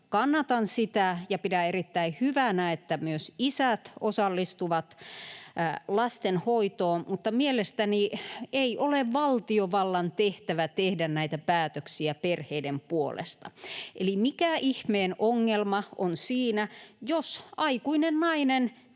kannatan sitä ja pidän erittäin hyvänä, että myös isät osallistuvat lastenhoitoon, mutta mielestäni ei ole valtiovallan tehtävä tehdä näitä päätöksiä perheiden puolesta. Eli mikä ihmeen ongelma on siinä, jos aikuinen nainen tekee